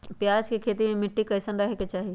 प्याज के खेती मे मिट्टी कैसन रहे के चाही?